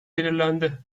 belirlendi